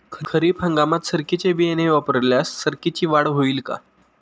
खरीप हंगामात सरकीचे बियाणे वापरल्यास सरकीची वाढ होईल का?